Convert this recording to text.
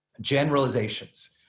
generalizations